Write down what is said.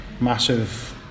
massive